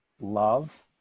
love